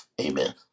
Amen